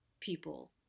people